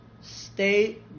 stay